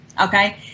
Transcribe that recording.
Okay